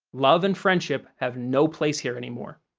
love and friendship have no place here anymore.